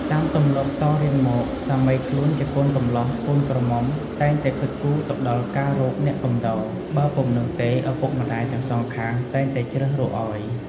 តាមទម្លាប់តរៀងមក សាមីខ្លួនជាកូនកម្លោះកូនក្រមុំតែងតែគិតគូរទៅដល់ការរកអ្នកកំដរ បើពុំនោះទេឪពុកម្តាយទាំងសងខាងតែងតែជ្រើសរកឱ្យ។